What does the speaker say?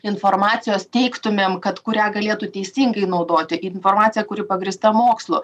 informacijos teigtumėm kad kurią galėtų teisingai naudoti informaciją kuri pagrįsta mokslu